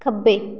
ਖੱਬੇ